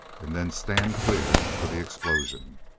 and then stand clear for the explosion.